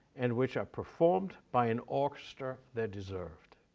and which are performed by an orchestra they deserved.